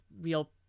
real